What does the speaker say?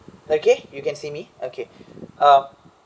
okay you can see me okay uh